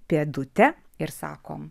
pėdutę ir sakom